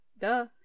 Duh